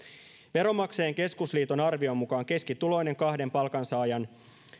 veronmaksajain keskusliiton arvion mukaan keskituloinen kahden palkansaajan